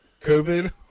COVID